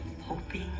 hoping